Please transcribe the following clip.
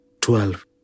twelve